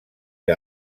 que